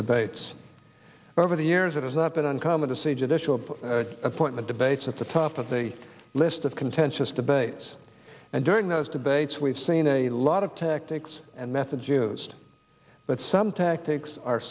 debates over the years it has not been uncommon to see judicial appointment debates at the top of the list of contentious debates and during those debates we've seen a lot of tactics and methods used but some tactics are